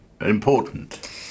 Important